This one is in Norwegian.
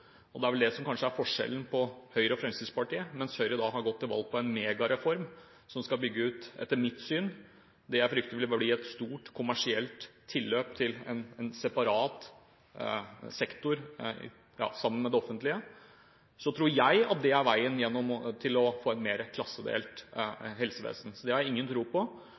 Det er vel det som kanskje er forskjellen på Høyre og Fremskrittspartiet. Mens Høyre har gått til valg på en megareform som skal bygge ut det som jeg frykter vil bli et stort kommersielt tilløp til en separat sektor, sammen med det offentlige, tror jeg det er veien til å få et mer klassedelt helsevesen. Så det har jeg ingen tro på.